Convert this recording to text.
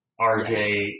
RJ